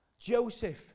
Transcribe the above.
Joseph